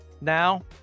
Now